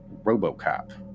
RoboCop